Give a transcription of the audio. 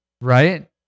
Right